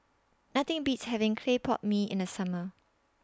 Nothing Beats having Clay Pot Mee in The Summer